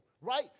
right